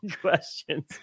questions